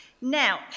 Now